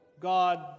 God